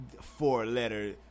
four-letter